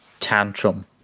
tantrum